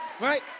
Right